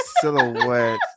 silhouette